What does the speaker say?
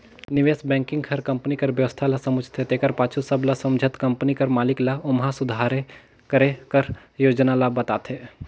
निवेस बेंकिग हर कंपनी कर बेवस्था ल समुझथे तेकर पाछू सब ल समुझत कंपनी कर मालिक ल ओम्हां सुधार करे कर योजना ल बताथे